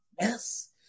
Yes